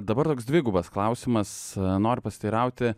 dabar toks dvigubas klausimas noriu pasiteirauti